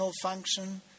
function